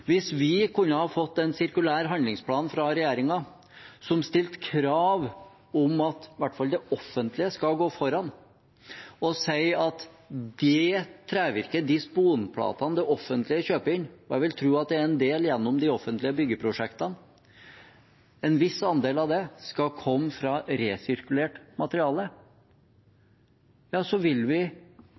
Hvis vi kunne ha fått en sirkulær handlingsplan fra regjeringen som stilte krav om at i hvert fall det offentlige skal gå foran og si at en viss andel av det trevirket, de sponplatene det offentlige kjøper inn – og jeg vil tro at det er en del gjennom de offentlige byggeprosjektene – skal komme fra resirkulert materiale, så vil vi